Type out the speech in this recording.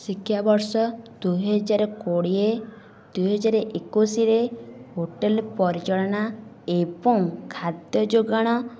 ଶିକ୍ଷାବର୍ଷ ଦୁଇ ହଜାର କୋଡ଼ିଏ ଦୁଇ ହଜାର ଏକୋଇଶରେ ହୋଟେଲ ପରିଚାଳନା ଏବଂ ଖାଦ୍ୟ ଯୋଗାଣ